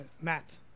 Matt